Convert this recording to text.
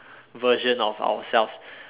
version of ourselves